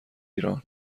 ایران